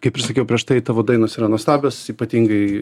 kaip ir sakiau prieš tai tavo dainos yra nuostabios ypatingai